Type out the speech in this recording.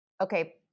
Okay